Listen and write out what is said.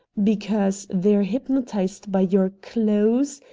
because they're hypnotized by your clothes?